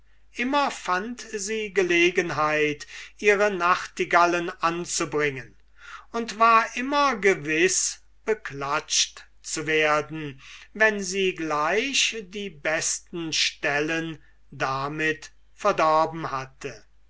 immer fand sie gelegenheit ihre nachtigallen anzubringen und war immer gewiß beklatscht zu werden wenn sie gleich die besten stellen damit verdorben hätte